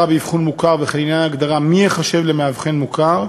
באבחון מוכר וכן לעניין ההגדרה מי ייחשב מאבחן מוכר,